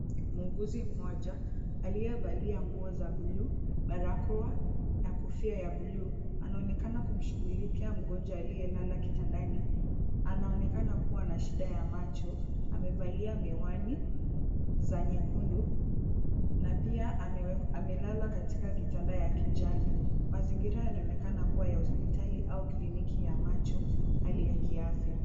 Muuguzi mmoja aliyevalia nguo za bluu, barakoa na kofia ya bluu anaonekana kumshughulikia mgonjwa aliyelala kitandani, anaonekana kuwa na shida ya macho, amevalia miwani za nyekundu na pia amelala katika kitanda ya kijani. Mazingira yanaonekana kuwa ya hospitali au kliniki ya macho hali ya kiafya.